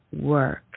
work